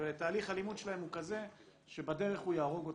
תהליך הלימוד שלהם הוא כזה שבדרך הוא יהרוג אותן,